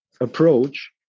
approach